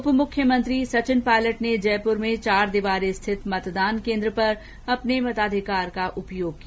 उप मुख्यमंत्री सचिन पायलट ने जयपुर में चार दीवारी स्थित मतदान केन्द्र पर अपने मताधिकार का उपयोग किया